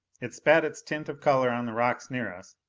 it spat its tint of color on the rocks near us,